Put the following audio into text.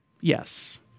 yes